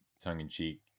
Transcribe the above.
tongue-in-cheek